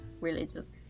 religious